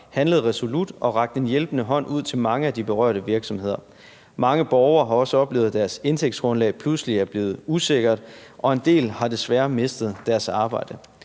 handlet resolut og rakt en hjælpende hånd ud til mange af de berørte virksomheder. Mange borgere har også oplevet, at deres indtægtsgrundlag pludselig er blevet usikkert, og en del har desværre mistet deres arbejde.